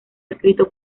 escrito